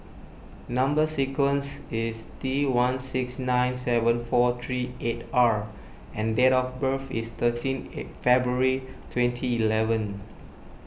Number Sequence is T one six nine seven four three eight R and date of birth is thirteen February twenty eleven